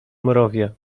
mrowie